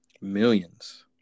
Millions